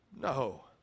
No